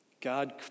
God